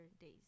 days